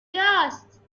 کجاست